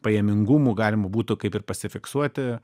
pajamingumų galima būtų kaip ir pasifiksuoti